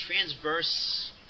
transverse